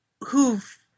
who've